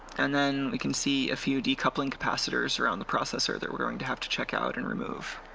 and then we can see a few decoupling capacitors around the processor that we're going to have to check out and remove.